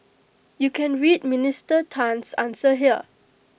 you can read Minister Tan's answer here